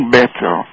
better